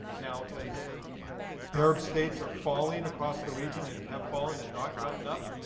now as arab states are falling across the region and have fallen and not gotten up,